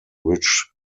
which